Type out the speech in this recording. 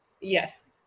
yes